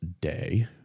day